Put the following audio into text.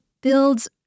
builds